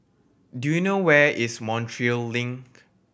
do you know where is Montreal Link